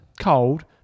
cold